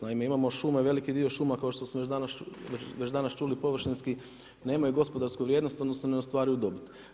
Naime, imamo šume, veliki dio šuma kao što smo već danas čuli, površinski nemaju gospodarsku vrijednost odnosno ne ostvaruju dobit.